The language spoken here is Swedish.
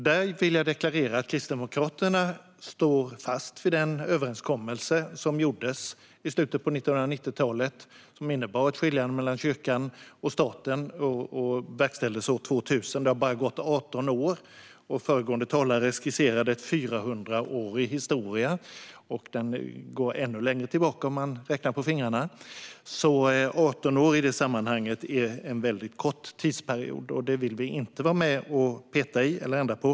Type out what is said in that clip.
Jag vill deklarera att Kristdemokraterna står fast vid den överenskommelse som gjordes i slutet av 1990-talet, som innebar ett skiljande mellan kyrkan och staten och som verkställdes år 2000. Det har alltså bara gått 18 år. Föregående talare skisserade en 400-årig historia. Den går dock ännu längre tillbaka om man räknar på fingrarna. I det sammanhanget är 18 år en väldigt kort tidsperiod, och det vill vi inte vara med och peta i eller ändra på.